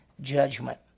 judgment